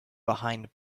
behind